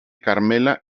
carmela